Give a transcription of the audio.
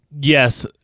Yes